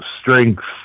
strengths